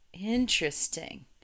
Interesting